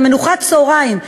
מנוחת הצהריים,